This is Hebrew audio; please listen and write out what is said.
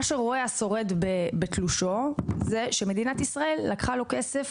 מה שהשורד רואה בתלושו זה שמדינת ישראל לקחה לו כסף